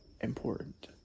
important